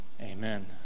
amen